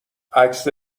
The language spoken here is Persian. عکس